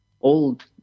old